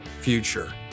future